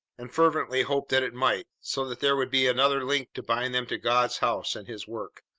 and fervently hoped that it might, so that there would be another link to bind them to god's house and his work.